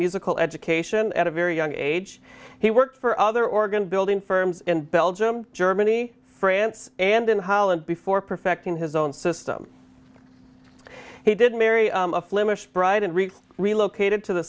musical education at a very young age he worked for other organ building firms in belgium germany france and in holland before perfecting his own system he did marry a flemish bride and relocated to the